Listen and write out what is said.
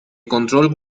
control